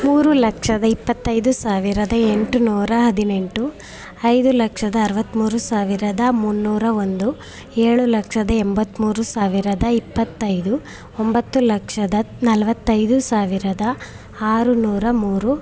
ಮೂರು ಲಕ್ಷದ ಇಪ್ಪತ್ತೈದು ಸಾವಿರದ ಎಂಟುನೂರ ಹದಿನೆಂಟು ಐದು ಲಕ್ಷದ ಅರವತ್ಮೂರು ಸಾವಿರದ ಮುನ್ನೂರ ಒಂದು ಏಳು ಲಕ್ಷದ ಎಂಬತ್ಮೂರು ಸಾವಿರದ ಇಪ್ಪತ್ತೈದು ಒಂಬತ್ತು ಲಕ್ಷದ ನಲವತ್ತೈದು ಸಾವಿರದ ಆರುನೂರ ಮೂರು